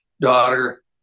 daughter